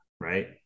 right